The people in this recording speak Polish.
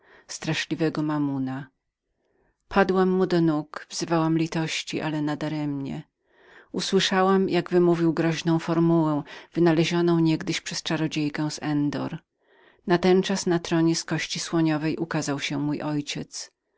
straszliwego mamona padłam mu do nóg wzywałam jego litości ale nadaremnie usłyszałam jak wymawiał groźną formułę wynalezioną niegdyś przez baltoiva z endoru natenczas na tronie z kości słoniowej ukazał się mój ojciec